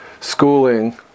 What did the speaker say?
schooling